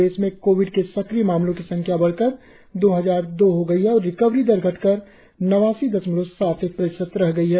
प्रदेश में कोविड के सक्रिय मामलों की संख्या बढ़कर दो हजार दो हो गई है और रिकवरी दर घटकर नवासी दशमलव सात एक प्रतिशत रह गई है